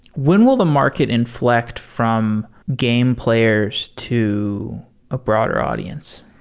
when will the market inflect from game players to a broader audience?